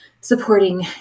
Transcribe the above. supporting